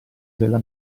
della